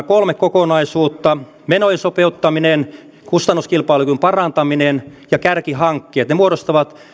kolme kokonaisuutta menojen sopeuttaminen kustannuskilpailukyvyn parantaminen ja kärkihankkeet muodostavat